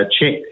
check